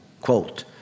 Quote